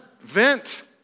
Vent